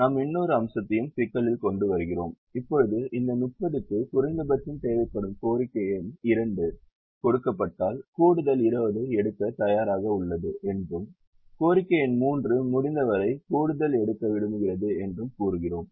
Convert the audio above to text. நாம் இன்னொரு அம்சத்தையும் சிக்கலில் கொண்டு வருகிறோம் இப்போது இந்த 30 க்கு குறைந்தபட்சம் தேவைப்படும் கோரிக்கை எண் 2 கொடுக்கப்பட்டால் கூடுதல் 20 ஐ எடுக்க தயாராக உள்ளது என்றும் கோரிக்கை எண் 3 முடிந்தவரை கூடுதல் எடுக்க விரும்புகிறது என்றும் கூறுகிறோம்